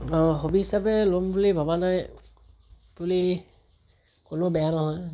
হ'বী হিচাপে ল'ম বুলি ভবা নাই বুলি ক'লেও বেয়া নহয়